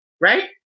right